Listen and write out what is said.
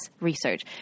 research